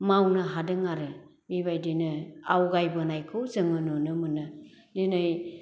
मावनो हादों आरो बेबायदिनो आवगायबोनायखौ जोङो नुनो मोनो दिनै